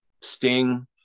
Sting